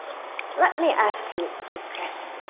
let me ask you a question